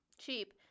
Cheap